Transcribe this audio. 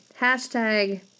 hashtag